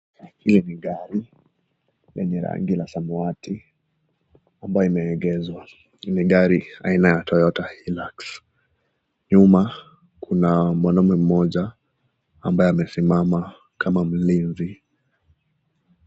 Hii ni gari lenye rangi la samawati ambayo imeegezwa. Ni gari aina ya Toyota Hillux. Nyuma kuna mwanaume mmoja ambaye amesimama kama mlinzi.